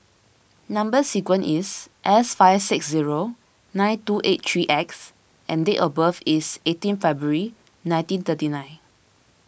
Number Sequence is S five six zero nine two eight three X and date of birth is eighteen February nineteen thirty nine